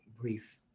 brief